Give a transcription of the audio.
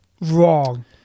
Wrong